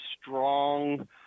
strong